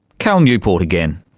cal newport again.